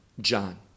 John